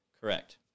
Correct